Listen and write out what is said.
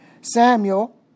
Samuel